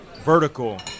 vertical